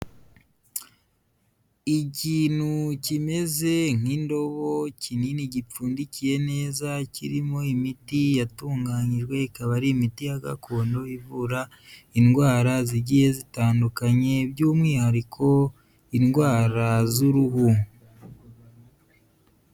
Ikintu kimeze nk'indobo kinini, gipfundikiye neza, kirimo imiti yatunganyijwe, ikaba ari imiti ya gakondo ivura indwara zigiye zitandukanye by'umwihariko indwara z'uruhu.